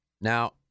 Now